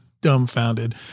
dumbfounded